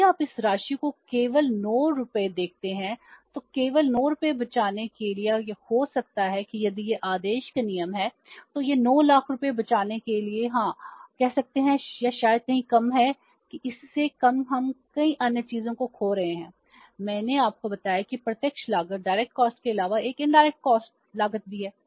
यदि आप इस राशि को केवल 9 रूपए देखते हैं तो केवल 9 रूपए बचाने के लिए या हो सकता है कि यदि यह आदेश का नियम है तो यह 9 लाख रूपए बचाने के लिए हां कह सकता है या शायद कहीं कम है कि इससे कम हम कई अन्य चीजों को खो रहे हैं मैंने आपको बताया कि प्रत्यक्ष लागत के अलावा एक इनडायरेक्ट कॉस्ट लागत भी है